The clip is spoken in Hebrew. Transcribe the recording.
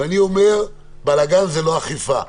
ואני אומר בלגן זה לא אכיפה,